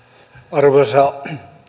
arvoisa